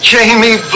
Jamie